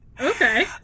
Okay